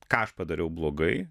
ką padariau blogai